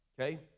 okay